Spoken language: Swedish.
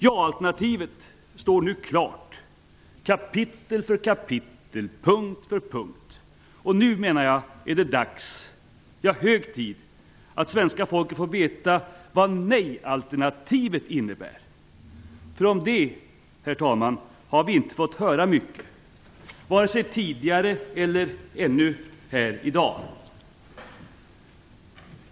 Ja-alternativet står nu klart, kapitel för kapitel, punkt för punkt. Nu menar jag att det är dags, ja, hög tid, att svenska folket får veta vad nej-alternativet innebär, därför att om det, herr talman, har vi inte fått höra mycket, vare sig tidigare eller här i dag.